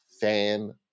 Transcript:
fan